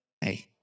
Hey